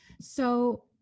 So-